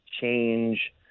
change